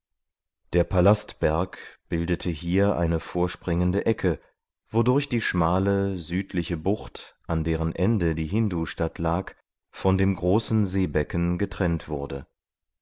der palastberg bildete hier eine hervorspringende ecke wodurch die schmale südliche bucht an deren ende die hindustadt lag von dem großen seebecken getrennt wurde